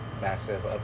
massive